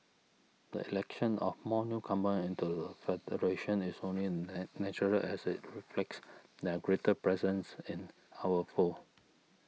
the election of more newcomers into the federation is only natural as it reflects their greater presence in our fold